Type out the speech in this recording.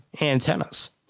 antennas